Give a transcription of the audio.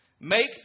Make